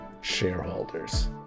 shareholders